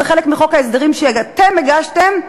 זה חלק מחוק ההסדרים שאתם הגשתם,